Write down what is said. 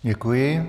Děkuji.